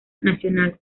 nacional